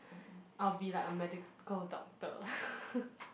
I'll be like a medical doctor